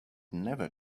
never